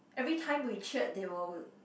everytime we cheered they will